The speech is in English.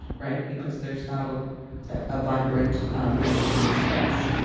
right? because there's not a ah ah vibrant um independent press.